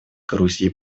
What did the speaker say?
грузия